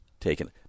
taken